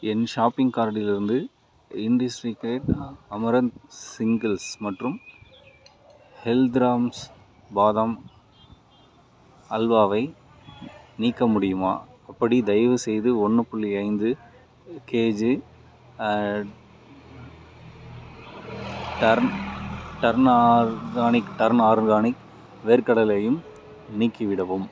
என் shopping கார்ட்டிலிருந்து indie secret amaranth singles மற்றும் ஹெல்த்ராம்ஸ் பாதாம் அல்வாவை நீக்க முடியுமா அப்படி தயவுசெய்து ஒன்று புள்ளி ஐந்து KG turn turn organic turn organic வேர்க்கடலையும் நீக்கிவிடவும்